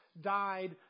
died